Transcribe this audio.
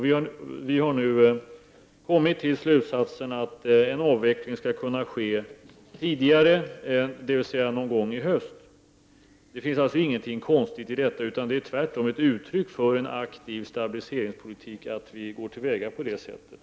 Vi har nu kommit till slutsatsen att en avveckling skall kunna ske tidigare, dvs. någon gång i höst. Det finns alltså ingenting konstigt i detta — det är tvärtom ett uttryck för en aktiv stabiliseringspolitik att vi går till väga på det sättet.